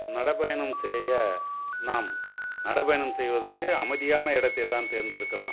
நடை பயணம் செய்ய நாம் நடைபயணம் செய்வதற்கு அமைதியான இடத்தைத்தான் தேர்ந்தெடுக்கிறோம்